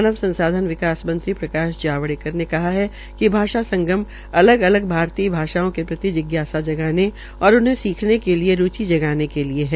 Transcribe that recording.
मानव संसाधन विकास मंत्री प्रकाश जावड़ेकर ने कहा कि भाषा संगम अगल अलग भारतीय भाषाओं के प्रति जिज्ञासा जगाने और उन्हें सीखने के लिए रूचि जगाने के लिए है